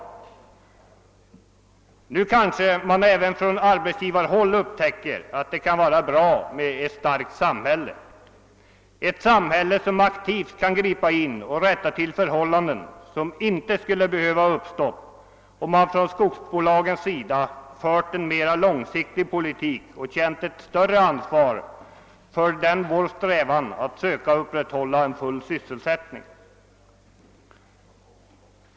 Man kanske därvid även på arbetsgivarhåll upptäcker att det kan vara bra med ett starkt samhälle, som aktivt kan gripa in och rätta till förhållanden, vilka inte skulle ha behövt uppstå om skogsbolagen hade fört en mera långsiktig politik och känt ett större ansvar för vår strävan att försöka upprätthålla en full sysselsättning.